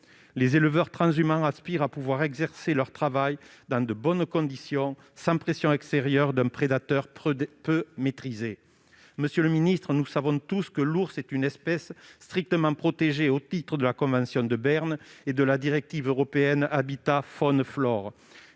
Les éleveurs transhumants aspirent à pouvoir exercer leur travail dans de bonnes conditions, sans pression extérieure d'un prédateur peu maîtrisé. Monsieur le secrétaire d'État, nous savons tous que l'ours est une espèce strictement protégée au titre de la convention de Berne et de la directive européenne Habitats-faune-flore.